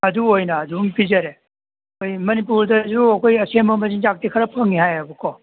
ꯑꯗꯨ ꯑꯣꯏꯅ ꯑꯗꯨꯝ ꯄꯤꯖꯔꯦ ꯑꯩꯈꯣꯏ ꯃꯅꯄꯨꯔꯗꯁꯨ ꯑꯩꯈꯣꯏ ꯑꯁꯦꯝꯕ ꯃꯆꯤꯟꯖꯥꯀꯇꯤ ꯈꯔ ꯐꯪꯉꯤ ꯍꯥꯏꯑꯕꯀꯣ